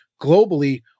Globally